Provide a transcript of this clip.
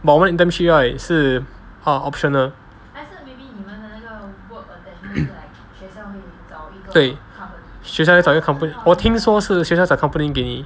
but 我们的 internship right 是 err optional 对学校会找一个 company 我听说是学校找 company 给你